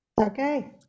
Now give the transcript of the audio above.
Okay